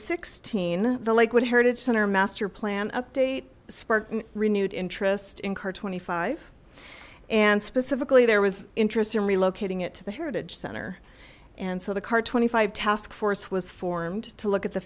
sixteen the lakewood heritage center master plan update sparked renewed interest in car twenty five and specifically there was interest in relocating it to the heritage center and so the car twenty five task force was formed to look at the